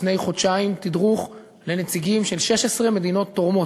לפני חודשיים, תדרוך לנציגים של 16 מדינות תורמות,